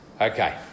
Okay